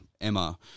Emma